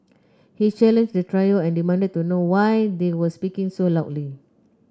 he challenged the trio and demanded to know why they were speaking so loudly